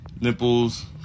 nipples